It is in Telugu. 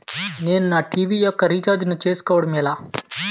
నేను నా టీ.వీ యెక్క రీఛార్జ్ ను చేసుకోవడం ఎలా?